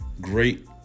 great